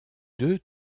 deux